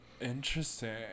Interesting